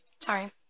sorry